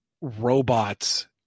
robots